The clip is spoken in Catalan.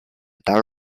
tal